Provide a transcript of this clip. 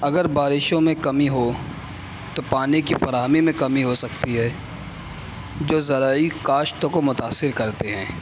اگر بارشوں میں کمی ہو تو پانی کی فراہمی میں کمی ہو سکتی ہے جو زرعی کاشت کو متأثر کرتے ہیں